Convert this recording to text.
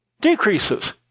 decreases